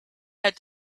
had